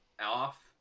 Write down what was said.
off